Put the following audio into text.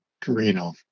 Carino